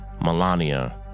Melania